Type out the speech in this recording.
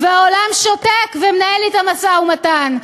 והעולם שותק ומנהל אתם משא-ומתן.